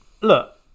look